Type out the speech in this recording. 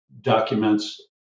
documents